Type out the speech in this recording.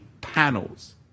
panels